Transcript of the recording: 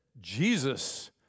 Jesus